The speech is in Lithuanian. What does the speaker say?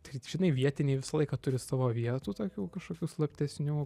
tai žinai vietiniai visą laiką turi savo vietų tokių kašokių slaptesnių